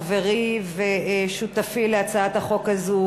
חברי ושותפי להצעת החוק הזאת,